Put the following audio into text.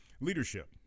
leadership